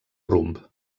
rumb